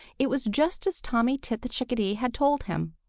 it was just as tommy tit the chickadee had told him.